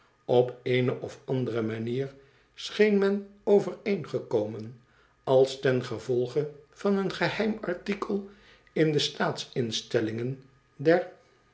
op eene of andere manier scheen men overeengekomen als ten gevolge van een geheim artikel in de staatsinstellingen der